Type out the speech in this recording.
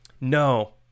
No